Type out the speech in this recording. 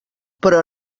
però